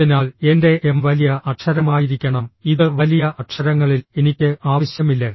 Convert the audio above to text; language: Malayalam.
അതിനാൽ എന്റെ m വലിയ അക്ഷരമായിരിക്കണം ഇത് വലിയ അക്ഷരങ്ങളിൽ എനിക്ക് ആവശ്യമില്ല